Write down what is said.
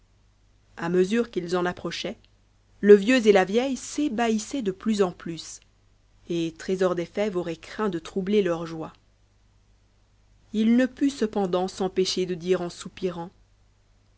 a mesure qu'ils en approchaient le vieux et la vieille s'ébahissaient de plus en plus et trésor des fèves aurait craint de troubler leur joie il ne put cependant s'empêcher de dire en soupirant